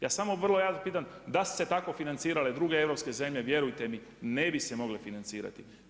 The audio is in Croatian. Ja samo vrlo jasno pitam da su se tako financirale druge europske zemlje, vjerujte mi ne bi se mogle financirati.